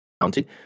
mounted